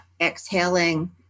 exhaling